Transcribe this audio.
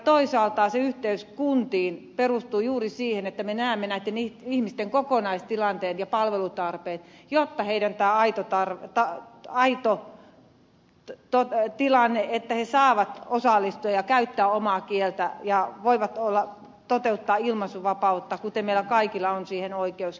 toisaalta yhteys kuntiin perustuu juuri siihen että me näemme näitten ihmisten kokonaistilanteen ja palvelutarpeet jotta myös heidän osaltaan toteutuisi yhdenvertaisesti se aito tilanne että he saavat osallistua ja käyttää omaa kieltä ja voivat toteuttaa ilmaisuvapautta johon meillä kaikilla on oikeus